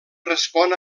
respon